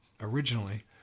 originally